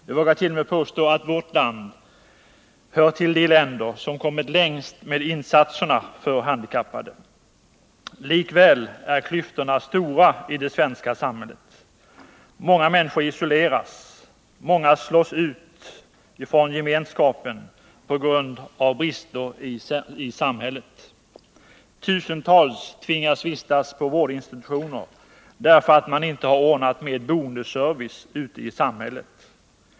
Jag vågar t.o.m. påstå att vårt land hör till de länder som kommit längst med insatserna för handikappade. Likväl är klyftorna stora i det svenska samhället. Många människor isoleras, slås ut från gemenskap på grund av brister i samhället. Tusentals tvingas vistas på vårdinstitutioner därför att man inte har ordnat med boendeservice ute i samhället.